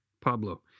Pablo